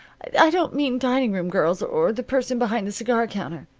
i don't mean dining-room girls, or the person behind the cigar-counter.